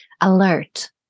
alert